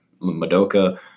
Madoka